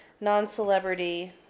non-celebrity